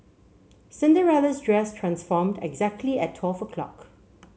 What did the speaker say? Cinderella's dress transformed exactly at twelve o'clock